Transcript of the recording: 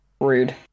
Rude